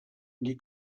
gli